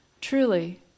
Truly